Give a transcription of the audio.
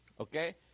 okay